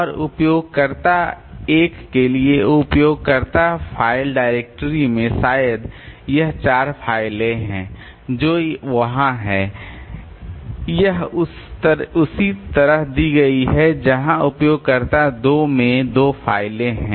और उपयोगकर्ता 1 के लिए उपयोगकर्ता फ़ाइल डायरेक्टरी में शायद यह चार फाइलें हैं जो कि वहां हैं यह उसी तरह दी गई है जहां उपयोगकर्ता 2 में दो फाइलें हैं